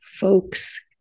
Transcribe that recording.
Folks